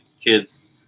kids